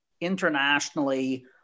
internationally